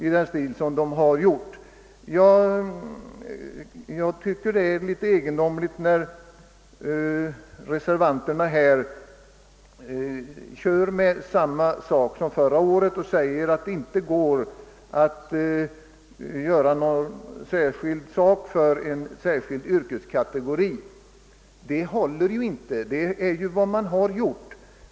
Jag tycker det är egendomligt när reservanterna upprepar sina argument från förra året och säger att det inte går att införa särbestämmelser i beskattningsreglerna för en särskild yrkeskategori. Det argumentet håller in te; det är nämligen vad man redan har gjort.